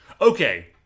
Okay